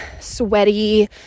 sweaty